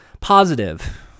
positive